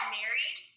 married